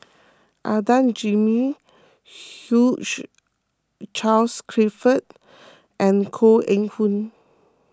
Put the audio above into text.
Adan Jimenez Charles Clifford and Koh Eng Hoon